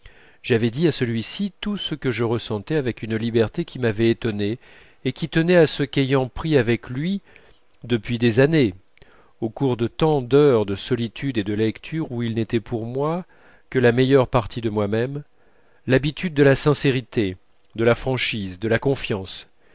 j'avais dit à celui-ci tout ce que je ressentais avec une liberté qui m'avait étonné et qui tenait à ce qu'ayant pris avec lui depuis des années au cours de tant d'heures de solitude et de lecture où il n'était pour moi que la meilleure partie de moi-même l'habitude de la sincérité de la franchise de la confiance